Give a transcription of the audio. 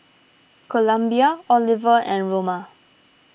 Columbia Oliver and Roma